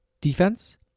defense